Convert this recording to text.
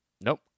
Nope